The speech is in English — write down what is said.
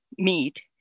meet